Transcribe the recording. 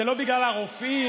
זה לא בגלל הרופאים,